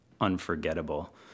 unforgettable